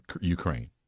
Ukraine